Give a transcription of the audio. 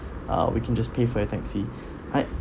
uh we can just pay for your taxi I